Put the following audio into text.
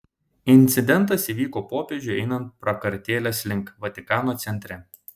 incidentas įvyko popiežiui einant prakartėlės link vatikano centre